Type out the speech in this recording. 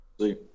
See